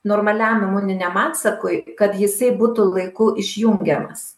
normaliam imuniniam atsakui kad jisai būtų laiku išjungiamas